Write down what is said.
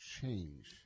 change